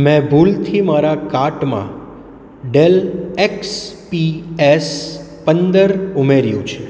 મેં ભૂલથી મારા કાર્ટમાં ડેલ એક્સપીએસ પંદર ઉમેર્યું છે